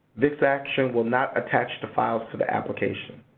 this action will not attach the files to the application.